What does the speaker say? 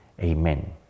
Amen